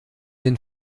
den